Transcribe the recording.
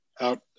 out